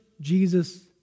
Jesus